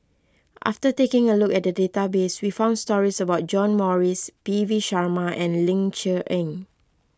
after taking a look at the database we found stories about John Morrice P V Sharma and Ling Cher Eng